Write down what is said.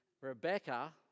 rebecca